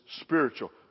spiritual